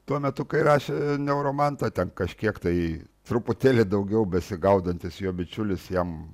tuo metu kai rašė neuromantą ten kažkiek tai truputėlį daugiau besigaudantis jo bičiulis jam